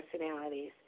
personalities